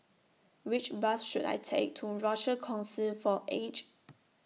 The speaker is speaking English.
Which Bus should I Take to Rochor Kongsi For The Aged